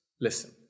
Listen